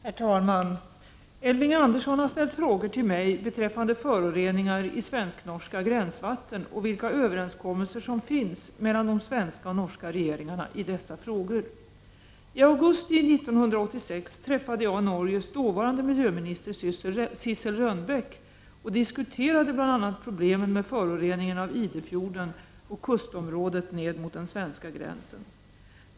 Herr talman! Elving Andersson har ställt frågor till mig beträffande föroreningar i svensk-norska gränsvatten och vilka överenskommelser som finns mellan de svenska och norska regeringarna i dessa frågor. Taugusti 1986 träffade jag Norges dåvarande miljöminister Sissel Ronbeck och diskuterade bl.a. problemen med föroreningen av Idefjorden och kustområdet ned mot den svenska gränsen.